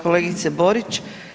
Kolegice Borić.